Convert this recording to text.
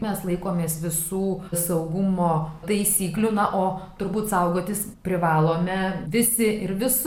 mes laikomės visų saugumo taisyklių na o turbūt saugotis privalome visi ir visur